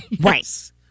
Right